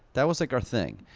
that was like our thing.